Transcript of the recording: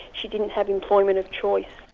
she didn't have employment of choice.